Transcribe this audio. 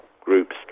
groups